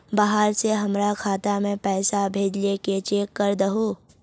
बाहर से हमरा खाता में पैसा भेजलके चेक कर दहु?